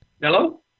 Hello